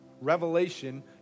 revelation